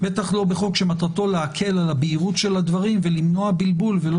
בטח לא בחוק שמטרתו להקל על הבהירות של הדברים ולמנוע בלבול ולא